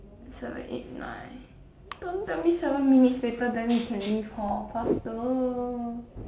seven eight nine don't tell me seven minutes later then we can leave hor faster